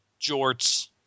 jorts